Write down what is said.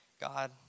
God